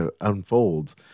unfolds